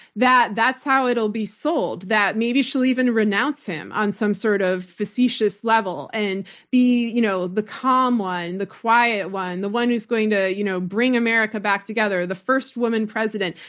that that's how it'll be sold, that maybe she'll even renounce him on some sort of facetious level and be you know the calm one, the quiet one, the one who's going to you know bring america back together, the first woman president.